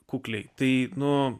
kukliai tai nu